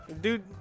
Dude